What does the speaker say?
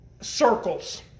circles